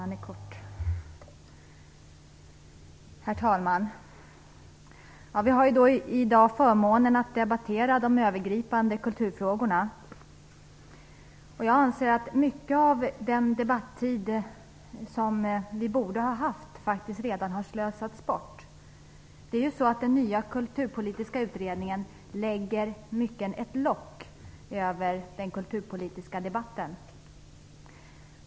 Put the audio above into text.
Herr talman! Vi har i dag förmånen att debattera övergripande kulturfrågor. Jag anser att mycket av den debattid som vi borde ha haft faktiskt redan har slösats bort. Den nya kulturpolitiska utredningen lägger ju i mångt och mycket locket på i den kulturpolitiska debatten.